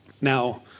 Now